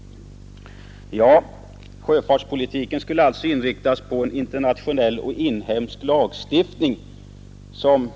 Vad menar man då här med lagstiftning?